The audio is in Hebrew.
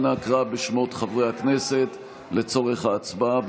אנא קרא בשמות חברי הכנסת לצורך ההצבעה.